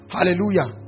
Hallelujah